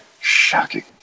Shocking